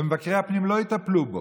ומבקרי הפנים לא יטפלו בו.